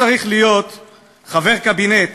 חבר קבינט